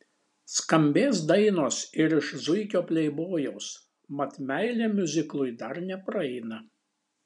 skambės dainos ir iš zuikio pleibojaus mat meilė miuziklui dar nepraeina